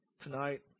Tonight